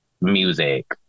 music